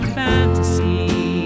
fantasy